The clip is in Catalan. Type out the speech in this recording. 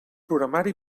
programari